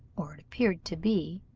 or appeared to be,